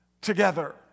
together